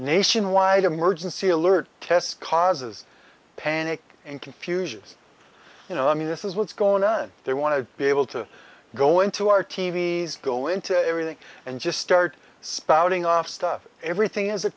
nationwide emergency alert test causes panic and confusion you know i mean this is what's going on they want to be able to go into our t v s go into everything and just start spouting off stuff everything is a